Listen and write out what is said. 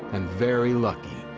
and very lucky,